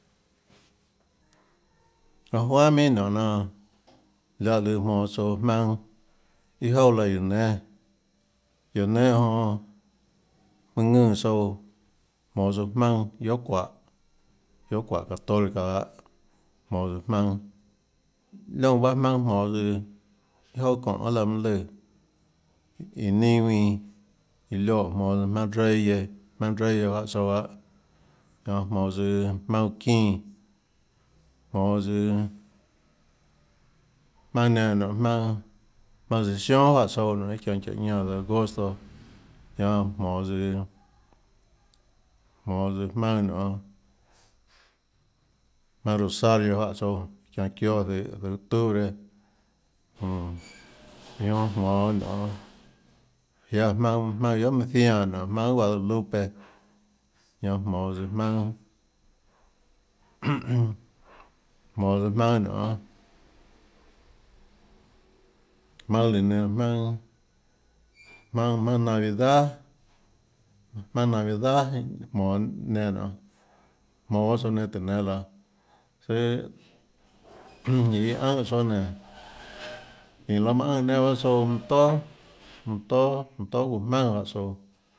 Çuaâ juanhà minhà nionê ninâ jonã láhã lùã jmonå tsouã jmaønâ iâ jouà laã guióå nénâ guióå nénâ jonã mønâ ðùnã tsouã jmonå tsøã jmaønâ guiohà çuáhå guiohà çuáhå católica lahâ jmonå tsøã jmaønâ liónã bahâ jmaønâ jmonå tsøã iâ jouà çonê laã mønâ lùã iã ninâ ðuinã manã lioè jmonå jmaønâ reyes jmaønâ reyes juáhã tsouã lahâ çánhã jmonå tsøã jmaønâ çínã jmonå tsøã jmaønâ nenã nionê jmaønâ cesiónà juáhã tsouã nionê iâ çianå çiáhå ñánã zøhå agosto ñanå jmonå tsøã jmonå tsøã jmaønâ nionê jmaønâ rosario juáhã tsouã çianå çióâ zøhå octubre jmmm iã jonã jmonå nionê jiáâ jmaønâ jmaønâ guiohà mønã ziánã nionê jmaønâ guiohà guadalupe ñanã jmonå tsøã jmaønâ jmonå tsøã jmaønâ nionê jmaønâ lùã nenã jmaønâ jmaønâ jmaønâ navidad jmaønâ navidad jmonå nenã nionê jmonåbaâ tsouã nénâtùhå nénâ laã søâ iã ùnhã tsouã nénå çínhå laã manã ùnhã nenã bahâ tsouã mønã tóàmønã tóà çuuã jmaønà juáhã tsouã.